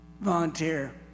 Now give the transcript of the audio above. volunteer